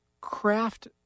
craft